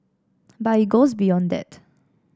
but it goes beyond that